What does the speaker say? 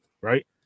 right